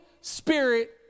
spirit